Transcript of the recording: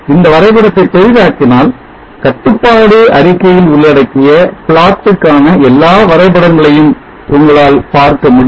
இந்த வரைபடத்தை பெரிதாக்கினால் கட்டுப்பாடு அறிக்கையில் உள்ளடக்கிய plot க்கான எல்லா வரைபடங்களையும் உங்களால் பார்க்க முடியும்